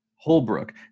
Holbrook